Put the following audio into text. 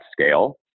scale